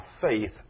faith